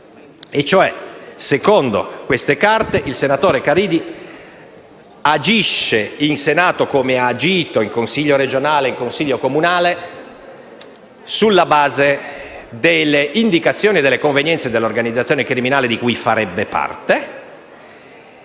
Secondo queste carte, cioè, il senatore Caridi agisce in Senato, come ha agito in consiglio regionale e comunale, sulla base delle indicazioni e delle convenienze dell'organizzazione criminale di cui farebbe parte